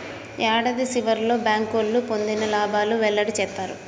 యాడాది సివర్లో బ్యాంకోళ్లు పొందిన లాబాలు వెల్లడి సేత్తారు